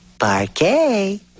Parquet